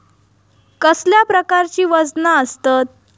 कसल्या प्रकारची वजना आसतत?